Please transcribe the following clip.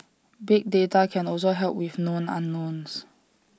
big data can also help with known unknowns